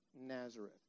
Nazareth